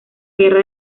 guerra